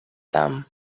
them